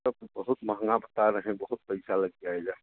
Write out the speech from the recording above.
सब बहुत महँगा बता रहें बहुत पैसा लग जाएगा